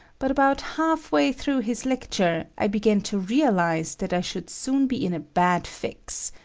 but about half way through his lecture, i began to realize that i should soon be in a bad fix.